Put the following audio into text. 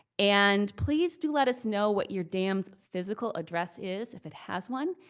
and please do let us know what your dam's physical address is, if it has one.